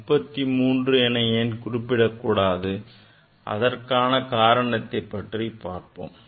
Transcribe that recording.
33 எனக் ஏன் குறிப்பிடக் கூடாது அதற்கான காரணத்தைப் பற்றி பார்ப்போம்